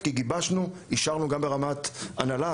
כי גיבשנו ואישרנו את זה גם ברמת ההנהלה,